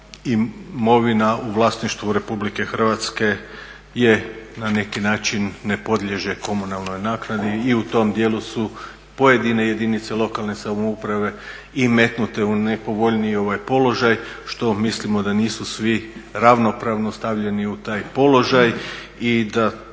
imovina u vlasništvu Republike Hrvatske je na neki način ne podliježe komunalnoj naknadi i u tom djelu su pojedine jedinice lokalne samouprave i metnute u nepovoljniji položaj što mislimo da nisu svi ravnopravno stavljeni u taj položaj i da